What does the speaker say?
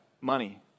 money